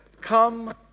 come